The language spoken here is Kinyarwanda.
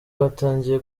batangiye